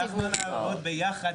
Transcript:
אנחנו נעבוד ביחד,